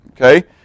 okay